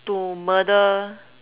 to murder